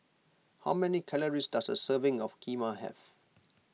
how many calories does a serving of Kheema have